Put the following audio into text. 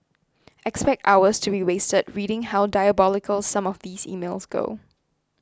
expect hours to be wasted reading how diabolical some of these emails go